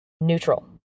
neutral